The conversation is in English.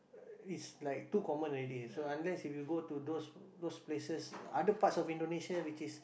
is like too common already so unless if you go to those those places other parts of Indonesia which is